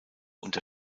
unter